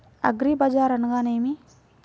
అగ్రిబజార్ అనగా నేమి?